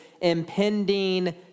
impending